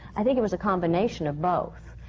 i think it was a combination of both.